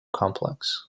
complex